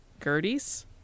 Gerties